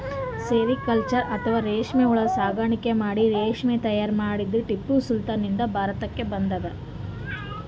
sericulture ಅಥವಾ ರೇಶ್ಮಿ ಹುಳ ಸಾಕಾಣಿಕೆ ಮಾಡಿ ರೇಶ್ಮಿ ತೈಯಾರ್ ಮಾಡದ್ದ್ ಟಿಪ್ಪು ಸುಲ್ತಾನ್ ನಿಂದ್ ಭಾರತಕ್ಕ್ ಬಂದದ್